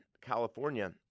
California